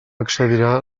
excedirà